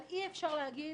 אבל אי אפשר להגיד